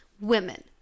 women